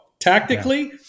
tactically